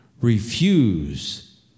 refuse